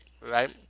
right